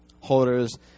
Holders